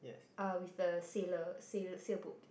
uh with a sailor sail~ sailboat